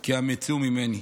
כי אמצו ממני.